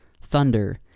Thunder